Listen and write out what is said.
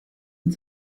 und